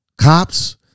cops